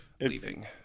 leaving